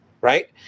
Right